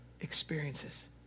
experiences